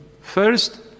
First